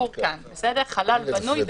חלל בנוי במבנה.